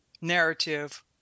narrative